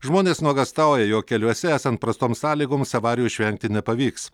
žmonės nuogąstauja jog keliuose esant prastoms sąlygoms avarijų išvengti nepavyks